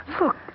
Look